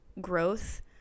growth